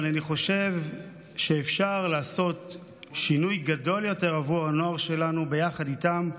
אבל אני חושב שאפשר לעשות שינוי גדול יותר עבור הנוער שלנו ביחד איתם,